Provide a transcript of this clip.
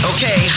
Okay